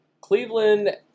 Cleveland